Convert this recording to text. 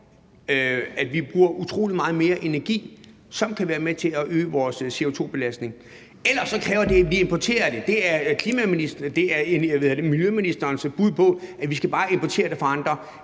at vi bruger utrolig meget mere energi, som kan være med til at øge vores CO2-belastning. Ellers kræver det, at vi importerer det; det er miljøministerens bud på det, altså at vi bare skal importere det fra andre.